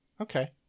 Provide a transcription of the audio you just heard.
Okay